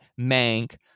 mank